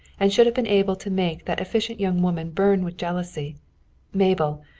and should have been able to make that efficient young woman burn with jealousy mabel,